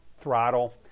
throttle